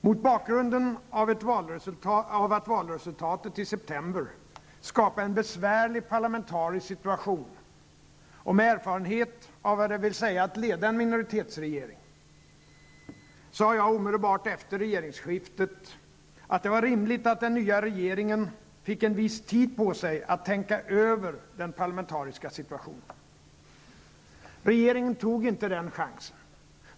Mot bakgrund av att valresultatet i september skapade en besvärlig parlamentarisk situation -- och med erfarenhet av vad det vill säga att leda en minoritetsregering -- sade jag omedelbart efter regeringsskiftet att det var rimligt att den nya regeringen fick en viss tid på sig att tänka över den parlamentariska situationen. Regeringen tog inte den chansen.